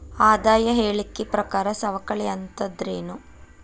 ಆದಾಯ ಹೇಳಿಕಿ ಪ್ರಕಾರ ಸವಕಳಿ ಅಂತಂದ್ರೇನು?